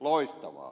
loistavaa